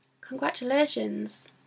Congratulations